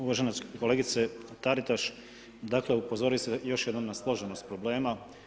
Uvažena kolegice Taritaš, dakle upozorili ste još jednom na složenost problema.